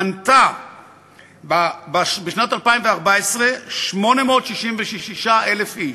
מנתה בשנת 2014 866,000 איש,